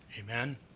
Amen